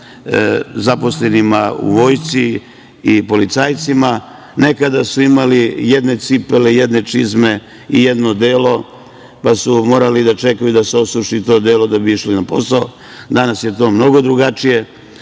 zaposlenima u Vojsci i policajcima. Nekada su imali jedne cipele, jedne čizme i jedno odelo, pa su morali da čekaju da se osuši to odelo da bi išli na posao. Danas je to mnogo drugačije. Otvara